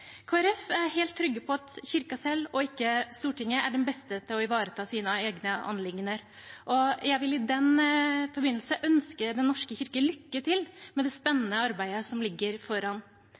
er helt trygg på at Kirken selv og ikke Stortinget er den beste til å ivareta Kirkens egne anliggender, og jeg vil i den forbindelse ønske Den norske kirke lykke til med det spennende arbeidet som ligger foran.